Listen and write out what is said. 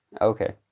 Okay